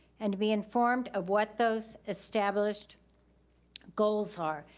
and to be informed of what those established goals are,